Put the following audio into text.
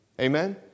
Amen